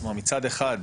כלומר מצד אחד,